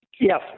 Yes